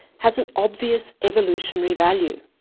has an obvious evolutionary value.